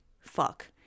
fuck